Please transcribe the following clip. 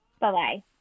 Bye